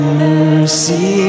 mercy